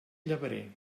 llebrer